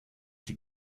die